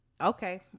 Okay